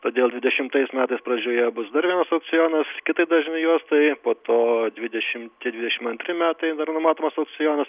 todėl dvidešimtais metais pradžioje bus dar vienas aukcionas kitai dažnių juostai po to dvidešimti dvidešim antri metai dar numatomas aukcionas